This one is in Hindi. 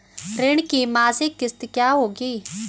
ऋण की मासिक किश्त क्या होगी?